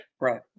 Right